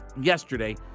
yesterday